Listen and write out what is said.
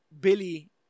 Billy